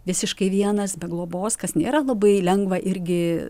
visiškai vienas be globos kas nėra labai lengva irgi